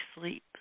sleep